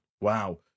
Wow